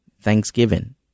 thanksgiving